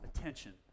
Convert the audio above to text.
attention